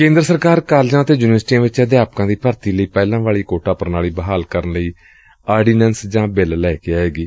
ਕੇਂਦਰ ਸਰਕਾਰ ਕਾਲਿਜਾਂ ਅਤੇ ਯੂਨੀਵਰਸਿਟੀਆਂ ਵਿਚ ਅਧਿਆਪਕਾਂ ਦੀ ਭਰਤੀ ਲਈ ਪਹਿਲਾਂ ਵਾਲੀ ਕੋਟਾ ਪ੍ਣਾਲੀ ਬਹਾਲ ਕਰਨ ਲਈ ਆਰਡੀਨੈਂਸ ਜਾ ਬਿੱਲ ਲੈ ਕੇ ਆਏਗੀ